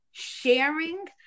sharing